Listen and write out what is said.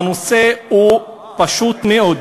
והנושא הוא פשוט מאוד.